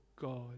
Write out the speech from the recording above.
God